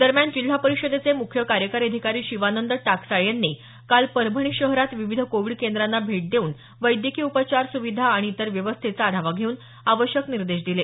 दरम्यान जिल्हा परिषदेचे मुख्य कार्यकारी अधिकारी शिवानंद टाळसाळे यांनी काल परभणी शहरात विविध कोविड केंद्रांना भेटी देऊन वैद्यकीय उपचार सुविधा आणि इतर व्यवस्थेचा आढावा घेऊन आवश्यक निर्देश दिले